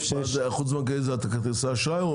החוץ בנקאי זה כרטיסי אשראי?